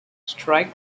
strike